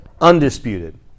undisputed